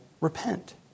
repent